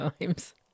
times